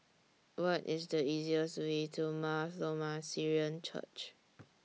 What IS The easiest Way to Mar Thoma Syrian Church